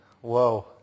Whoa